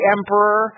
Emperor